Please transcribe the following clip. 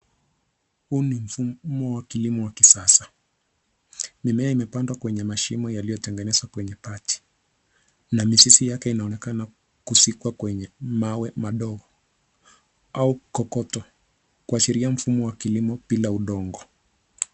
Huu ni mfumo wa kilimo wa kisasa. Mimea imepandwa kwenye mashimo yaliyotengenezwa kwenye bati. Na mizizi yake inaonekana kuzikwa kwenye mawe madogo au kokoto. Kuashiria mfumo wa kilimo bila udongo.